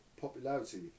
popularity